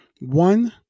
One